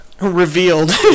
revealed